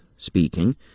speaking